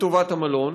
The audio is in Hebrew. לטובת המלון.